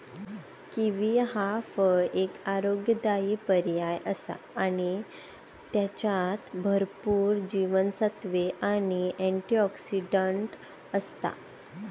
kiwi ह्या फळ एक आरोग्यदायी पर्याय आसा आणि त्येच्यात भरपूर जीवनसत्त्वे आणि अँटिऑक्सिडंट आसत